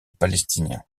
palestinien